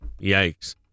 Yikes